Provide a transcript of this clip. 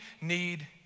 need